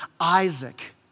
Isaac